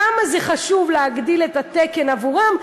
כמה זה חשוב להגדיל את התקן עבורם,